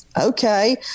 okay